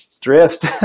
drift